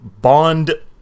Bond